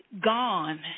gone